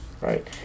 right